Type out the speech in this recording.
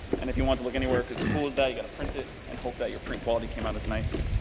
and if you want it to look anywhere as cool as that, you gotta print it and hope that your print quality came out as nice.